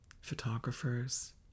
photographers